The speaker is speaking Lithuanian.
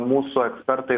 mūsų ekspertai